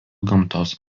gamtos